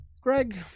Greg